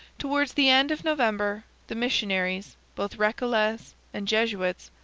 towards the end of november the missionaries, both recollets and jesuits,